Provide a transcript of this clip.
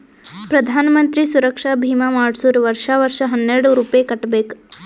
ಪ್ರಧಾನ್ ಮಂತ್ರಿ ಸುರಕ್ಷಾ ಭೀಮಾ ಮಾಡ್ಸುರ್ ವರ್ಷಾ ವರ್ಷಾ ಹನ್ನೆರೆಡ್ ರೂಪೆ ಕಟ್ಬಬೇಕ್